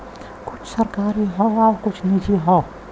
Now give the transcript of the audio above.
कुछ सरकारी हौ आउर कुछ निजी हौ